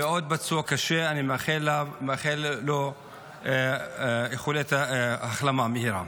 ויש עוד פצוע קשה, שאני מאחל לו החלמה מהירה.